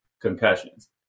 concussions